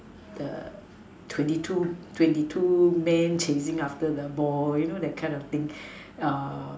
err twenty two twenty two men chasing after the ball you know that kind of thing err